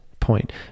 point